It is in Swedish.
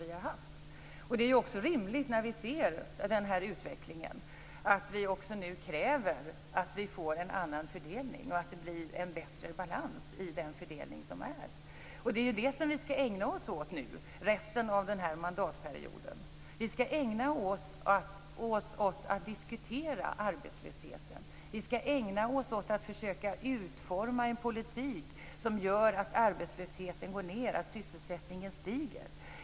När vi ser utvecklingen är det rimligt att vi kräver en annan fördelning, en bättre balans i fördelningen. Det är det vi skall ägna oss åt nu, resten av mandatperioden. Vi skall ägna oss åt att diskutera arbetslösheten och försöka utforma en politik som gör att arbetslösheten går ned och sysselsättningen stiger.